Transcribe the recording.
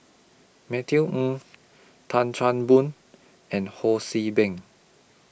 Matthew Ng Tan Chan Boon and Ho See Beng